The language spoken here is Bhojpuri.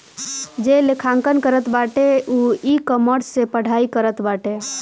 जे लेखांकन करत बाटे उ इकामर्स से पढ़ाई करत बाटे